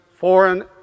foreign